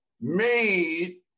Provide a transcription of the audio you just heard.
made